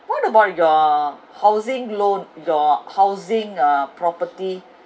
what about your housing loan your housing uh property